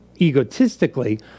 egotistically